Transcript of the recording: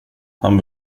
han